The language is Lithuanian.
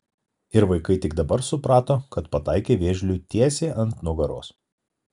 ir vaikai tik dabar suprato kad pataikė vėžliui tiesiai ant nugaros